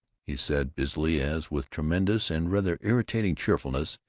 he said busily as, with tremendous and rather irritating cheerfulness,